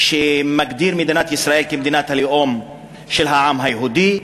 שמגדירה את מדינת ישראל כמדינת הלאום של העם היהודי,